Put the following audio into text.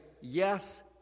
yes